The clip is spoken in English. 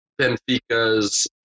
Benfica's